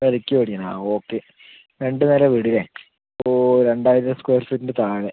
വിലയ്ക്ക് മേടിക്കാനാണ് ഓക്കെ രണ്ട് നില വീട് ഇല്ലെ ഓ രണ്ടായിരം സ്ക്വയർ ഫീറ്റിൻ്റ താഴെ